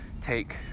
take